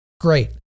great